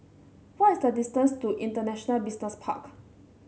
what is the distance to International Business Park